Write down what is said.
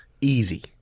Easy